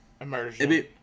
immersion